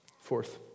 Fourth